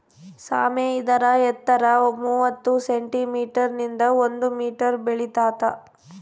ಸಾಮೆ ಇದರ ಎತ್ತರ ಮೂವತ್ತು ಸೆಂಟಿಮೀಟರ್ ನಿಂದ ಒಂದು ಮೀಟರ್ ಬೆಳಿತಾತ